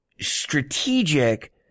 strategic